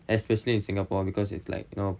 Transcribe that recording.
especially in singapore because it's like you know